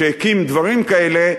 שהקים דברים כאלה,